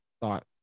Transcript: thought